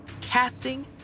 Casting